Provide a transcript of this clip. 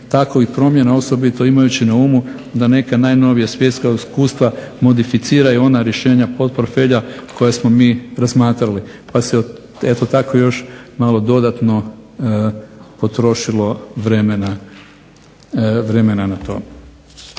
takovih promjena osobito imajući na umu da neka najnovija svjetska iskustva modificiraju ona rješenja podportfelja koja smo mi razmatrali, pa se eto tako još malo dodatno potrošilo vremena na to.